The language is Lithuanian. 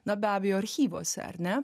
na be abejo archyvuose ar ne